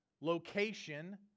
location